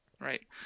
Right